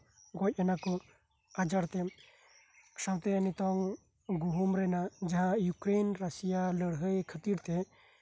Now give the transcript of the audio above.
ᱜᱮᱡ ᱮᱱᱟᱠᱚ ᱟᱡᱟᱨ ᱛᱮ ᱥᱟᱶᱛᱮ ᱱᱤᱛᱚᱝ ᱜᱩᱦᱩᱢ ᱨᱮᱱᱟᱝ ᱡᱟᱦᱟᱸ ᱤᱭᱩᱠᱨᱚᱱ ᱨᱟᱥᱤᱭᱟ ᱞᱟᱹᱲᱦᱟᱹᱭ ᱠᱷᱟᱹᱛᱤᱨ ᱛᱮ